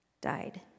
Died